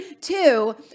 two